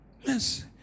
Yes